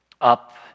up